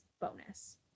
bonus